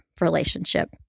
relationship